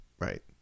Right